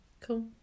Cool